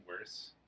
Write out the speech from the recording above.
worse